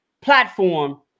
platform